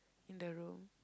in the room